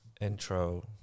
intro